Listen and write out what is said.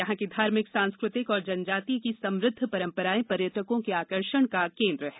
यहां की धार्मिक सांस्कृतिक और जनजातीय की समृद्ध परम्पराएं पर्यटकों के आकर्षण का केन्द्र हैं